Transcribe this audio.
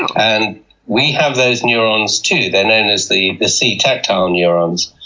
and we have those neurons, too, they're known as the the c tactile neurons.